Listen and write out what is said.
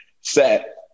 set